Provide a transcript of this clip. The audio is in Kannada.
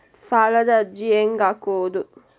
ಸಾಲದ ಅರ್ಜಿ ಹೆಂಗ್ ಹಾಕುವುದು?